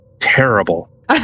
terrible